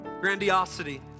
grandiosity